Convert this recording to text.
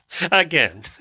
Again